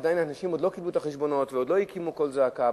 עדיין אנשים לא קיבלו את החשבונות ועוד לא הקימו קול זעקה,